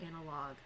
analog